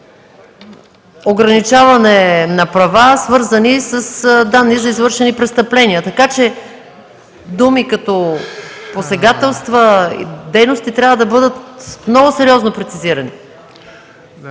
ограничаване на права, свързани с данни за извършени престъпления. Така че думи като „посегателства и дейности” трябва да бъдат много сериозно прецизирани.